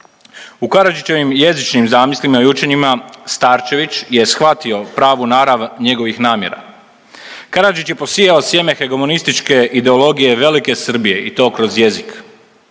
U Karadžićevim jezičnim zamislima i učenjima Starčević je shvatio pravu narav njegovih namjera. Karadžić je posijao sjeme hegemonističke ideologije velike Srbije i to kroz jezik.